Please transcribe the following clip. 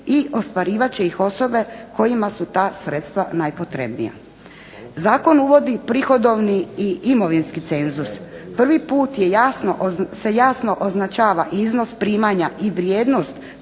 i ostvarivat će ih osobe kojima su ta sredstva najpotrebnija. Zakon uvodi prihodovni i imovinski cenzus. Prvi put se jasno označava iznos primanja i vrijednost